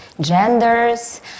genders